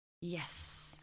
yes